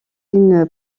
une